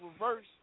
reverse